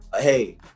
hey